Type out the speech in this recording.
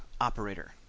operator